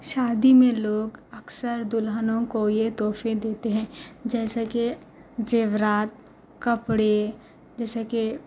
شادی میں لوگ اکثر دلہنوں کو یہ تحفے دیتے ہیں جیسا کہ زیورات کپڑے جیسا کہ